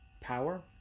power